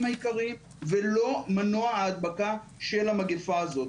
העיקריים ולא מנוע ההדבקה של המגפה הזאת.